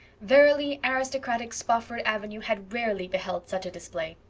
verily, aristocratic spofford avenue had rarely beheld such a display.